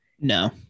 No